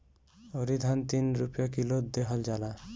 अउरी धान तीन रुपिया किलो देहल जाता